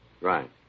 Right